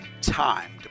time